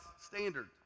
standard